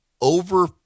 over